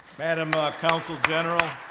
madam ah consul general,